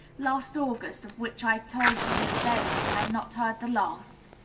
last august, of which i told you then you had not heard the last?